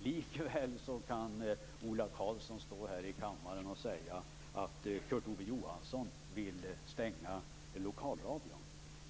Likväl kan Ola Karlsson stå här i kammaren och säga att Kurt Ove Johansson vill stänga lokalradion.